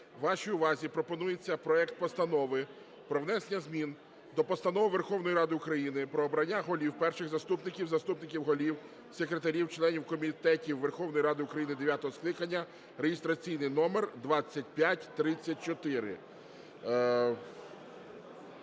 вашій увазі пропонується проект Постанови про внесення змін до Постанови Верховної Ради України "Про обрання голів, перших заступників, заступників голів, секретарів, членів комітетів Верховної Ради України дев'ятого скликання" (реєстраційний номер 2534).